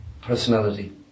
personality